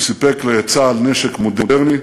הוא סיפק לצה"ל נשק מודרני,